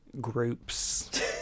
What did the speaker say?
groups